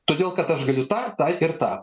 todėl kad aš galiu tą taip ir tą